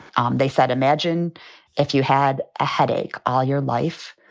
um they said, imagine if you had a headache all your life,